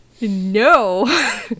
No